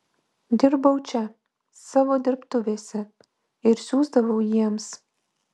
dirbau čia savo dirbtuvėse ir siųsdavau jiems